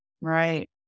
Right